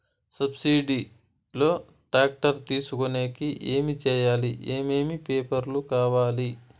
Subsidy లో tractor తీసుకొనేకి ఏమి చేయాలి? ఏమేమి పేపర్లు కావాలి?